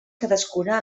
cadascuna